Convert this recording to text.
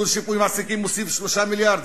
ביטול שיפוי מעסיקים מוסיף 3 מיליארד,